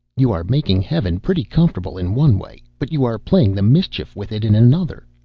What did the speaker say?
you are making heaven pretty comfortable in one way, but you are playing the mischief with it in another.